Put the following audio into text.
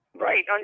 Right